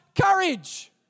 courage